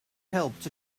helped